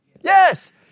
Yes